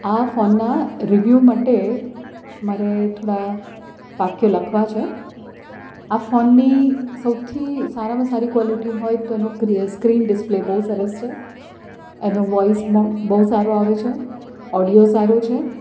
આ ફોનના રિવ્યુ માટે મારે થોડાં વાક્ય લખવા છે આ ફોનની સૌથી સારામાં સારી ક્વોલિટી હોય તો એનો સ્ક્રીન ડિસ્પ્લે બહુ સરસ છે એનો વોઇસ મ બહુ સારો આવે છે ઓડિયો સારું છે